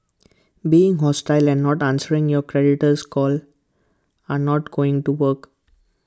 being hostile and not answering your creditor's call are not going to work